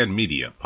media